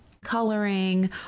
coloring